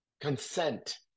consent